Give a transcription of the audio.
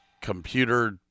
computer